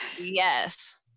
Yes